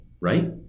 right